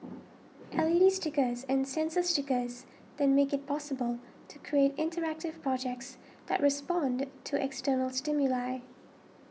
l E D stickers and sensor stickers then make it possible to create interactive projects that respond to external stimuli